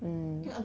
mm